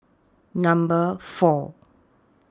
Number four